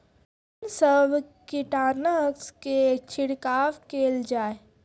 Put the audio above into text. कून सब कीटनासक के छिड़काव केल जाय?